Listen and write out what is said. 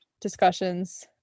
discussions